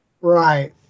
Right